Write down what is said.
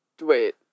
Wait